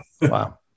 Wow